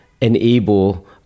enable